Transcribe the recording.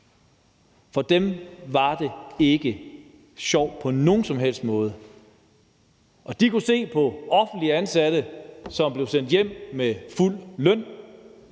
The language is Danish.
For dem var det ikke på nogen som helst måde sjovt, og de kunne se på offentligt ansatte, som blev sendt hjem med fuld løn.